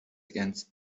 against